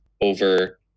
over